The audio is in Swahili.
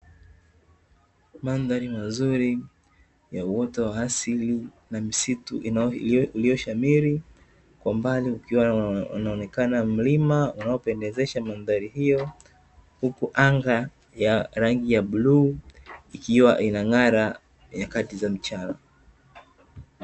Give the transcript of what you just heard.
Mandhari mazuri ya uoto wa asili na misitu uliyoshamiri kwa mbali ukiwa unaonekana mlima unaopendezesha mandhari hiyo, huku anga ya rangi ya bluu ikiwa inang'ara nyakati za mchana.